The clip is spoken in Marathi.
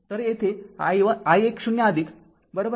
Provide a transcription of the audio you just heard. तर येथे i१0 ic 0 i२ 0आहे